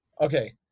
Okay